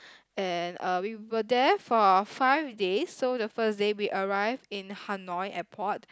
and uh we were there for five days so the first day we arrived in Hanoi Airport